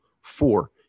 Four